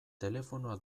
telefonoa